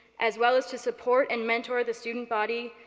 as well as to support and mentor the student body,